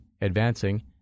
advancing